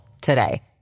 today